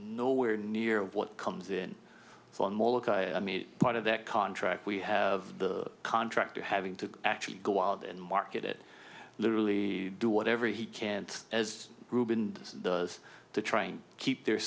nowhere near what comes in it's on molokai i mean part of that contract we have the contractor having to actually go out and market it literally do whatever he can't as rubin does to train keep their